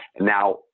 Now